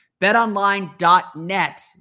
BetOnline.net